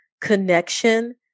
connection